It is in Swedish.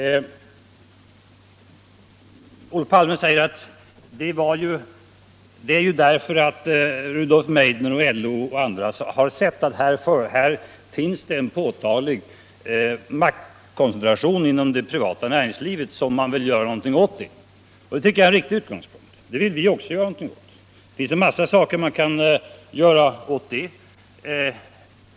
Herr Palme hänvisar till att Rudolf Meidner och andra har sett att det finns en påtaglig maktkoncentration inom det privata näringslivet som man vill göra någonting åt. Det tycker jag är en riktig utgångspunkt. Det vill vi också göra. Det finns en mängd saker man kan göra åt detta.